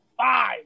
five